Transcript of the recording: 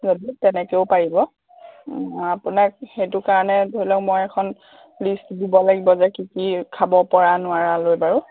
যদি তেনেকেও পাৰিব আপোনাক সেইটো কাৰণে ধৰি লওক মই এখন লিষ্ট দিব লাগিব যে কি কি খাব পৰা নোৱাৰা লৈ বাৰু